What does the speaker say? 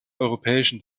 europäischen